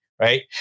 Right